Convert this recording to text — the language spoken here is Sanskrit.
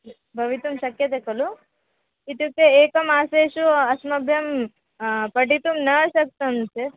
भवितुं शक्यते खलु इत्युक्ते एकमासेषु अस्मभ्यं पठितुं न शक्तं चेत्